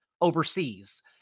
overseas